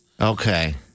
Okay